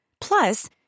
Plus